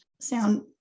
sound